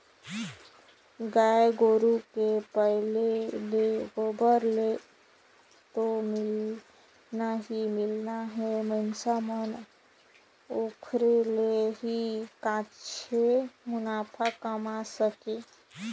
गाय गोरु के पलई ले गोबर तो मिलना ही मिलना हे मइनसे मन ह ओखरे ले ही काहेच मुनाफा कमा सकत हे